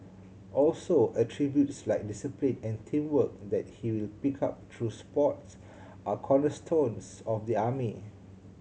also attributes like discipline and teamwork that he will pick up through sport are cornerstones of the army